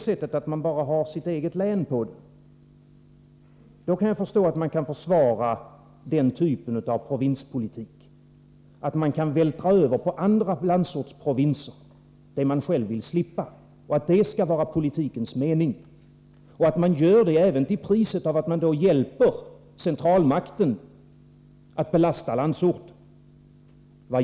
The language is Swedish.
Om man bara har sitt eget län på jordgloben, kan jag förstå att man kan försvara den typ av provinspolitik som innebär att man på andra landsortsprovinser vältrar över det som man själv vill slippa, att man kan tycka att det skall vara politikens mening och att man driver denna politik även till priset av att man därigenom hjälper centralmakten att belasta landsorten.